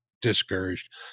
Discouraged